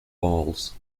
walls